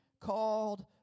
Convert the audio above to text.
called